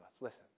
listen